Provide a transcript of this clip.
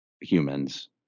humans